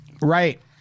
Right